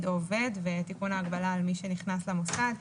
או עובד ותיקון ההגבלה על מי שנכנס למוסד.